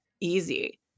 easy